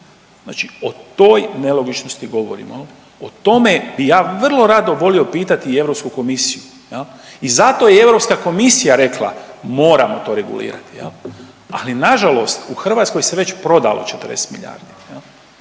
znači o toj nelogičnosti govorimo jel, o tome bi ja vrlo rado volio pitati Europsku komisiju jel i zato je i Europska komisija rekla moramo to regulirati jel, ali nažalost u Hrvatskoj se već prodalo 40 milijardi